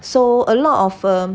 so a lot of um